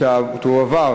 והיא תועבר,